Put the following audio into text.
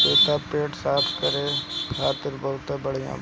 पपीता पेट साफ़ करे खातिर बहुते बढ़िया होला